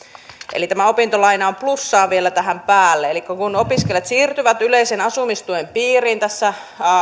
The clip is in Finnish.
eli tämä opintolaina on plussaa vielä tähän päälle kun kun opiskelijat siirtyvät yleisen asumistuen piiriin tässä